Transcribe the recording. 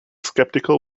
skeptical